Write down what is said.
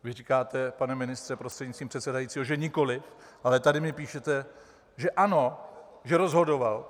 Vy říkáte, pane ministře prostřednictvím pana předsedajícího, že nikoliv, ale tady mi píšete, že ano, že rozhodoval.